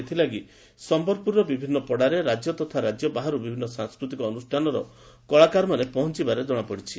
ଏଥଲାଗି ସମ୍ମଲପୁରର ବିଭିନ୍ ପଡାରେ ରାକ୍ୟ ତଥା ରାକ୍ୟ ବାହାରୁ ବିଭିନୁ ସାଂସ୍କୁତିକ ଅନୁଷାନର କଳାକାରମାନେ ପହଞ୍ଠଥିବାର ଜଶାଯାଇଛି